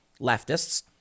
leftists